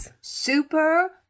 super